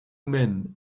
men